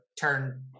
turn